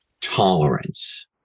tolerance